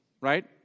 right